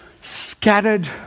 scattered